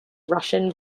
russian